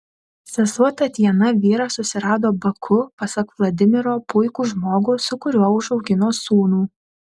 sesuo tatjana vyrą susirado baku pasak vladimiro puikų žmogų su kuriuo užaugino sūnų